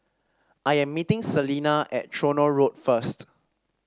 I am meeting Salena at Tronoh Road first